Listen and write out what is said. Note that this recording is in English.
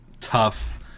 tough